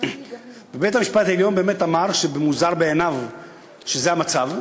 ובית-המשפט העליון באמת אמר שמוזר בעיניו שזה המצב,